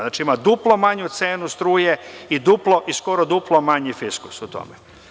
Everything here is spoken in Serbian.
Znači, ima duplo manju cenu struje i skoro duplo manji fiskus u tome.